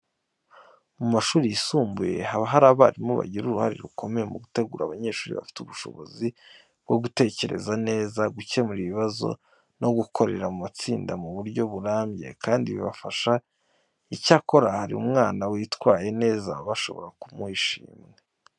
Mu mashuri yisumbuye haba hari abarimu bagira uruhare rukomeye mu gutegura abanyeshuri bafite ubushobozi bwo gutekereza neza, gukemura ibibazo no gukorera mu matsinda mu buryo burambye kandi bubafasha. Icyakora iyo hari umwana witwaye neza, baba bashobora kumuha ishimwe.